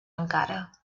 encara